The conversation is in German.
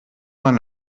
man